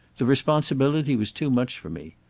the responsibility was too much for me.